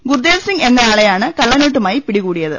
ഗുർദേവ്സിങ് എന്നയാളെയാണ് കള്ളനോ ട്ടുമായി പിടികൂടിയത്